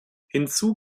hinzu